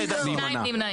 שניים נמנעים.